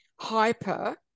hyper